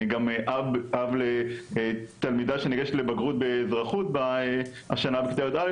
אני גם אב לתלמידה שניגשת לבגרות באזרחות השנה בכיתה י"א,